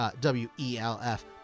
W-E-L-F